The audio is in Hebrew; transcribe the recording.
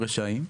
רשעים.